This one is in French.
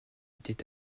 était